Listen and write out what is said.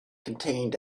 contained